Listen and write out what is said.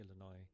Illinois